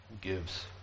gives